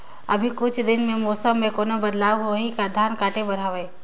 अभी कुछ दिन मे मौसम मे कोनो बदलाव होही का? धान काटे बर हवय?